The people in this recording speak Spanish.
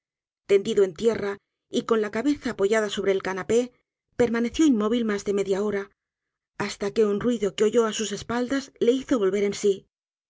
tendido en tierra y con la cabeza apoyada sobre el canapé permaneció inmóvil mas de media hora hasta que un ruido que oyó á sus espaldas le hizo volver en si